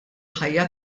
ħajja